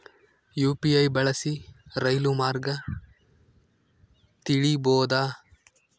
UPI ಬಳಸಿ ರೈಲು ಮಾರ್ಗ ತಿಳೇಬೋದ?